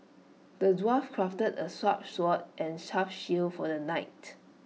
the dwarf crafted A sharp sword and tough shield for the knight